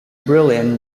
brilliant